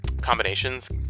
combinations